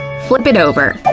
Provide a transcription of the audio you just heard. flip it over.